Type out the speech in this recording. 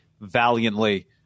valiantly